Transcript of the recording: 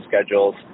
schedules